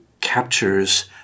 captures